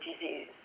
disease